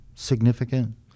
Significant